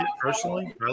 personally